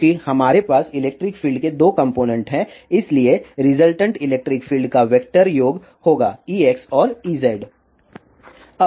चूंकि हमारे पास इलेक्ट्रिक फील्ड के दो कॉम्पोनेन्ट हैं इसलिए रिजल्टन्ट इलेक्ट्रिक फील्ड का वेक्टर योग होगा E x और Ez